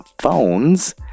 phones